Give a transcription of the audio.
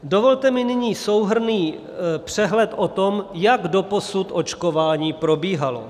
Dovolte mi nyní souhrnný přehled o tom, jak doposud očkování probíhalo.